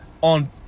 on